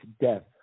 death